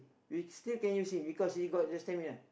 we still can use him because he got the stamina